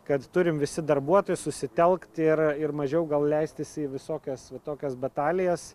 kad turim visi darbuotojai susitelkt ir ir mažiau gal leistis į visokias tokias batalijas